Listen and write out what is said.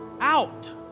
out